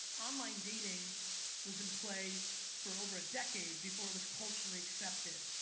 online dating was in play for over a decade before it was culturally accepted.